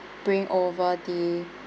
bring over the